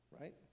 right